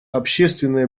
общественные